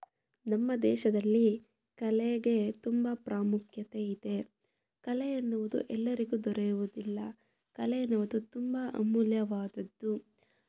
ನಮ್ಮ ದೇಶದಲ್ಲಿ ಕಲೆಗೆ ತುಂಬ ಪ್ರಾಮುಖ್ಯತೆ ಇದೆ ಕಲೆ ಎನ್ನುವುದು ಎಲ್ಲರಿಗೂ ದೊರೆಯುವುದಿಲ್ಲ ಕಲೆ ಎನ್ನುವುದು ತುಂಬ ಅಮೂಲ್ಯವಾದದ್ದು